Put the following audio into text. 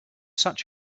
such